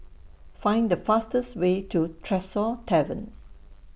Find The fastest Way to Tresor Tavern